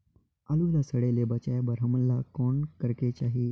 आलू ला सड़े से बचाये बर हमन ला कौन करेके चाही?